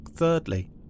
Thirdly